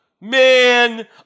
man